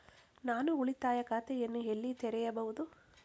ನಾನು ಉಳಿತಾಯ ಖಾತೆಯನ್ನು ಎಲ್ಲಿ ತೆರೆಯಬಹುದು?